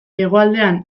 hegoaldean